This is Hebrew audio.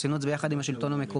עשינו את זה ביחד עם השלטון המקומי,